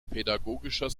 pädagogischer